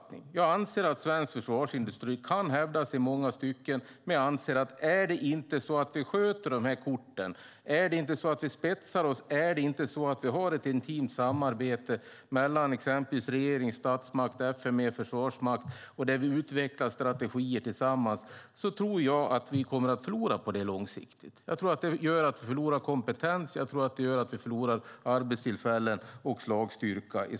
Jag anser att svensk försvarsindustri kan hävda sig i många stycken, men sköter vi inte korten rätt, spetsar oss och har ett intimt samarbete mellan statsmakt och försvarsmakt och utvecklar strategier tillsammans kommer vi långsiktigt att förlora kompetens, arbetstillfällen och slagstyrka.